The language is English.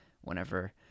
Whenever